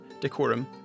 decorum